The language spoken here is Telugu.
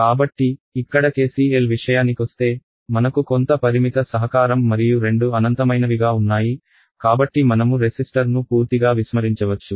కాబట్టి ఇక్కడ కెసిఎల్ విషయానికొస్తే మనకు కొంత పరిమిత సహకారం మరియు రెండు అనంతమైనవిగా ఉన్నాయి కాబట్టి మనము రెసిస్టర్ను పూర్తిగా విస్మరించవచ్చు